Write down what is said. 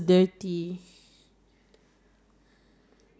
time I think what's it call I think that's the most